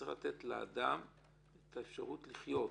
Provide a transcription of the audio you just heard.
שצריך לתת לאדם את האפשרות לחיות.